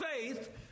faith